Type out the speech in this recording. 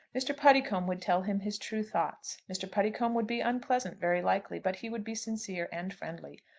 mr. puddicombe would tell him his true thoughts. mr. puddicombe would be unpleasant very likely but he would be sincere and friendly.